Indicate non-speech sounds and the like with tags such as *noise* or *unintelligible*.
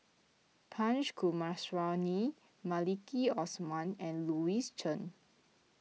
Punch *unintelligible* Maliki Osman and Louis Chen